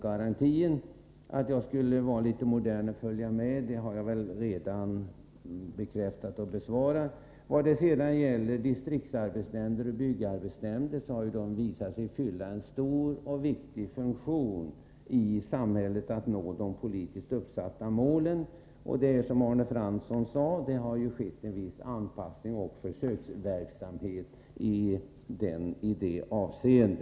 Angående påståendet att jag skulle försöka vara litet modernare, så har jag redan visat att jag är det. Distriktsarbetsnämnder och byggarbetsnämnder har redan visat sig fylla en viktig funktion i samhället när det gäller att nå de politiskt uppsatta målen. Som Arne Fransson sade har det skett en viss anpassning och en del försöksverksamhet i detta avseende.